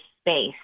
space